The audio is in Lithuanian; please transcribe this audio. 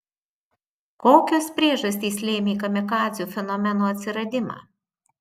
kokios priežastys lėmė kamikadzių fenomeno atsiradimą